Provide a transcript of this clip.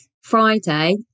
Friday